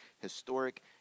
historic